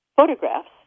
photographs